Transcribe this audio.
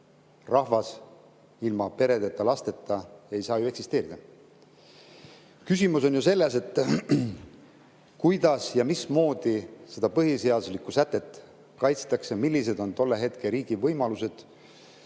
rahvas ilma peredeta, lasteta ei saa ju eksisteerida. Küsimus on selles, kuidas, mismoodi seda põhiseaduse sätet [täidetakse], millised on hetkel riigi võimalused,